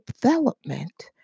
development